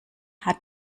hat